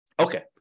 Okay